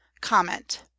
comment